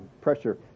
pressure